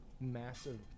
massive